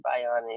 bionic